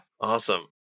Awesome